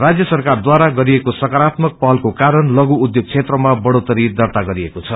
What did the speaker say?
राज सरकारद्वारा गरिएका सकारात्मक पहलको कारणलप्रु उष्योग क्षेत्रमा बढ़ोत्तरी दर्ता गरिएको छ